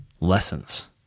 lessons